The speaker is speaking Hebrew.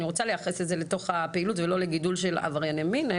אני רוצה לייחס את זה לפעילות ולא לגידול במספר עברייני מין.